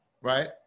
Right